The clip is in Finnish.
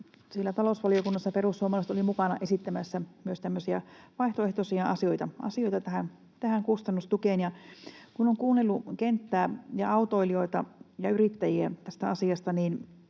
talousvaliokunnassa perussuomalaiset olivat mukana esittämässä myös tämmöisiä vaihtoehtoisia asioita tähän kustannustukeen. Kun on kuunnellut kenttää ja autoilijoita ja yrittäjiä tästä asiasta,